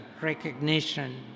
recognition